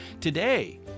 Today